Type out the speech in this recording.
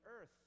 earth